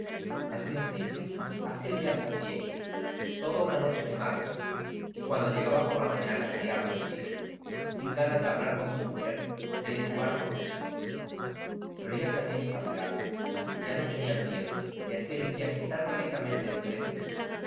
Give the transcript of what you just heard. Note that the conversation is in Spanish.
al principio hacía el viaje a pie toda una noche de marcha y cuando llegaba por la mañana caía rendido sin ganas de hablar con su mujer ni de jugar con los chicos pero ya se había espabilado ya no tenía miedo y hacía el viaje tan ricamente